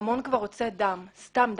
ההמון רוצה דם, סתם דם.